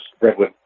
redwood